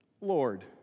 Lord